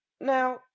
Now